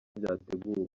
byateguwe